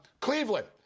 Cleveland